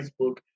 Facebook